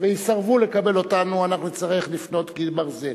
ויסרבו לקבל אותנו, אנחנו נצטרך לבנות קיר ברזל.